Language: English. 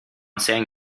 saying